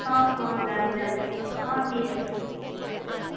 অঁ অঁ যাম যাম অঁ ঠিক আছে